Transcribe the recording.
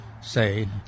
say